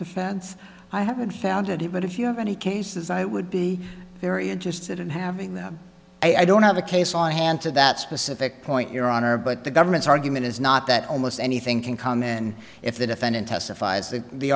defense i haven't found it but if you have any cases i would be very interested in having them i don't have a case on hand to that specific point your honor but the government's argument is not that almost anything can come in if the defendant testifies th